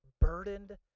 burdened